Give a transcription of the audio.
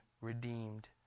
redeemed